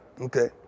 Okay